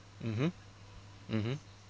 mmhmm mmhmm